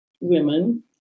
women